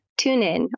TuneIn